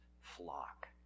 flock